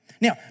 Now